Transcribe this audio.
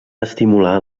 estimular